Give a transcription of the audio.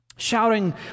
Shouting